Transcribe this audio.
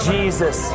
Jesus